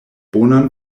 bonan